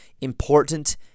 important